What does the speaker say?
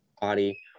body